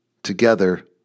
together